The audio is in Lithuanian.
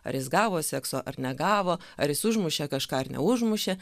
ar jis gavo sekso ar negavo ar jis užmušė kažką ar neužmušė